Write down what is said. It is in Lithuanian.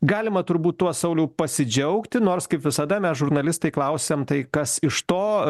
galima turbūt tuo sauliau pasidžiaugti nors kaip visada mes žurnalistai klausiam tai kas iš to